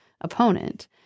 opponent